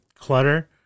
clutter